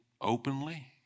openly